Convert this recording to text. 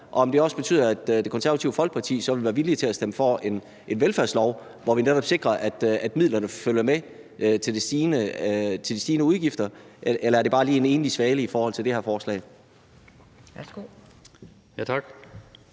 og om det også betyder, at Det Konservative Folkeparti så vil være villige til at stemme for en velfærdslov, hvor vi netop sikrer, at midlerne følger med de stigende udgifter. Eller er det bare lige en enlig svale i det her forslag?